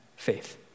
faith